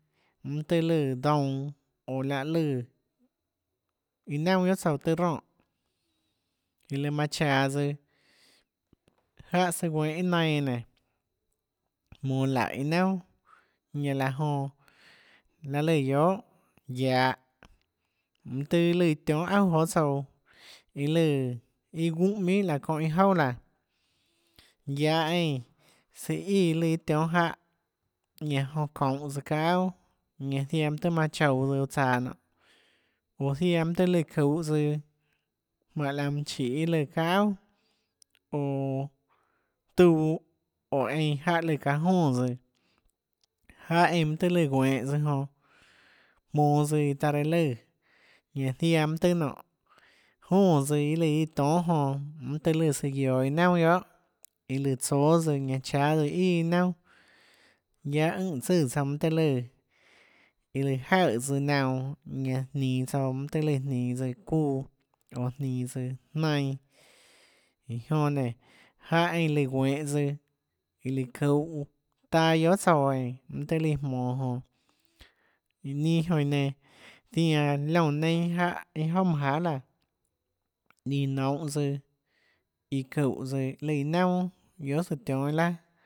Mønâ tøhê lùã dounã oå lahê lùã iâ naunà guiohà tsouã mønâ tøhê ronè iã lùã manã chaå tsøã jáhã søã guenhå iâ nainã eínã nénå jmonå laùhå iâ naunà ñanã laã jonã lahê lùã guiohà guiahå mønâ tøhê lùã tionhâ auà jonê tsouã iâ lùã gúnhå minhà laã çónhã iâ jouà laã guiahå eínã søã íã iâ lùã iâ tionhâ jáhã ñanã jonã çonhå tsøã çaâ auà ñanã ziaã mønâ tøhê manã chouå tsøã çuuã tsaå nonê oå ziaã mønâ tøhê lùã çuhå tsøã jmánhå laã mønâ chiê lùã çaâ auà oå tuã oå einã jáhã lùã çaã jónã tsøã jáhã eínã lùã mønâ tøhê lùã guenhå tsøã jonã jmonå tsøã iã taã reã lùã ñanã ziaã mønâ tøhê nonê jónã tsøã iâ lùã iã tonhâ jonã lùã søã guioã iâ naunà guiohà iã lùã tsóâ tsøã ñanã cháâ tsøã iâ naunâ guiaâ ønè tsùà tsouã mønâ tøhê lùã iã lùã jaøè tsøã naunã ñanã jninå tsouã mønâ tøhê lùã jninå tsøã çuuã oå jninå tsøã jnainã iã jonã nénå jáhã eínã lùã guenhå tsøã iã lùã çuhå taâ guiohà tsouã eínã mønâ tøhê lùã jmonå jonã ninâ jonã iã nenã zianã liónã neinâ jáhã iâ jouà manâ jahà laã iã nounhå tsøã iã çúhå tsøã lùã iâ naunà guiohà søã tionhâ iâ laà